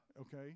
Okay